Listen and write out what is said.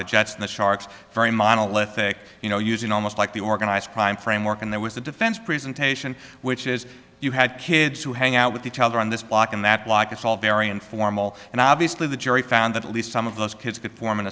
the jets the sharks very monolithic you know using almost like the organized crime framework and there was the defense presentation which is you had kids who hang out with each other on this block and that block it's all very informal and obviously the jury found that at least some of those kids could form an